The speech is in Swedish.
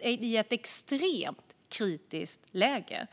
i ett extremt kritiskt läge.